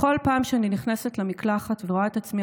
בכל פעם שאני נכנסת למקלחת ורואה את עצמי